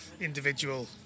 individual